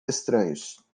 estranhos